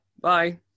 bye